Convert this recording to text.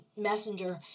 Messenger